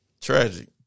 Tragic